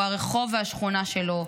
הוא הרחוב והשכונה שלו.